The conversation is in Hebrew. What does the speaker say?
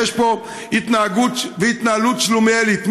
יש פה התנהגות והתנהלות שלומיאלית,